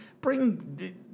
Bring